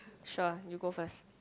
sure you go first